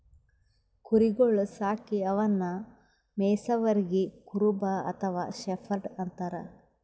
ಕುರಿಗೊಳ್ ಸಾಕಿ ಅವನ್ನಾ ಮೆಯ್ಸವರಿಗ್ ಕುರುಬ ಅಥವಾ ಶೆಫರ್ಡ್ ಅಂತಾರ್